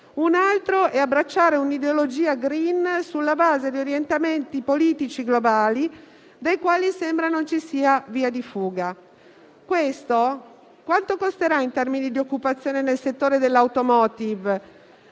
un altro è abbracciare un'ideologia *green* sulla base di orientamenti politici globali dai quali sembra non ci sia via di fuga. Quanto costerà ciò in termini di occupazione nel settore dell'*automotive*?